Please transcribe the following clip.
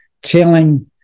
telling